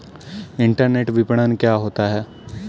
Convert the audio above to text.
Internet विपणन क्या होता है?